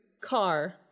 car